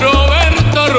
Roberto